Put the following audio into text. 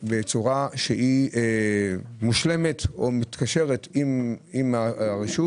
בצורה מושלמת או מתקשרת עם הרשות.